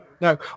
No